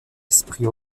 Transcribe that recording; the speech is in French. esprit